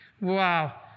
Wow